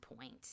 point